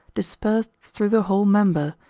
dispersed through the whole member,